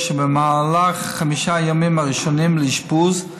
שבמהלך חמישה הימים הראשונים לאשפוז,